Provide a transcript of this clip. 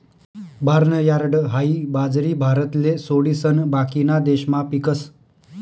barnyard हाई बाजरी भारतले सोडिसन बाकीना देशमा पीकस